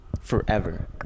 forever